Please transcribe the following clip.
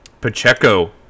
Pacheco